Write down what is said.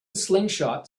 slingshot